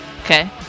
Okay